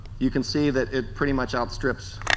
you can see that it pretty much outstrips